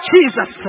Jesus